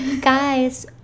guys